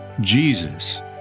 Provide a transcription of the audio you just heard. Jesus